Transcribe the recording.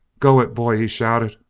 go it, boy! he shouted.